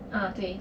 啊对